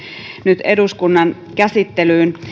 nyt eduskunnan käsittelyyn